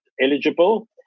eligible